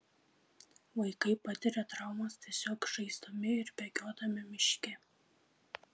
vaikai patiria traumas tiesiog žaisdami ir bėgiodami miške